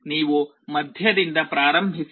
ನೀವು ಮಧ್ಯದಿಂದ ಪ್ರಾರಂಭಿಸಿ